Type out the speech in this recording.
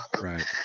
right